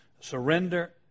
surrender